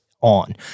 on